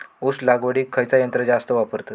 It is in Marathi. ऊस लावडीक खयचा यंत्र जास्त वापरतत?